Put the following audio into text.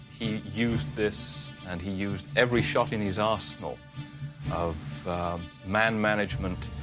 used this and he used every shot in his arsenal of man management,